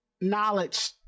knowledge